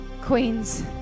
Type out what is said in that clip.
queens